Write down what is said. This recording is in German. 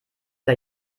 der